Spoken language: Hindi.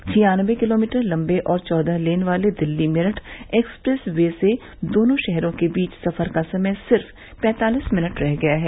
छियान्नबे किलोमीटर लंबे और चौदह लेन वाले दिल्ली मेरठ एक्सप्रेस वे से दोनों शहरों के बीच सफर का समय सिर्फ पैंतालीस मिनट रह गया है